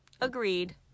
Agreed